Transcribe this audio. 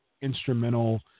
instrumental